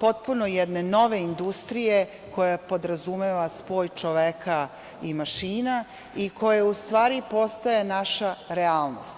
potpuno jedne nove industrije koja podrazumeva spoj čoveka i mašina i koja postaje naša realnost.